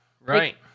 right